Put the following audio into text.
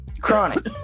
chronic